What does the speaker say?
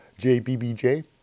JBBJ